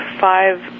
five